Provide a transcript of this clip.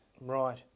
Right